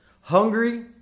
hungry